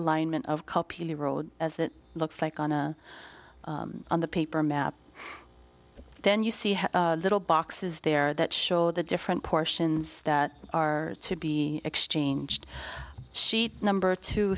alignment of copy the road as it looks like on a on the paper map then you see how little boxes there that show the different portions that are to be exchanged sheet number two